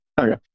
Okay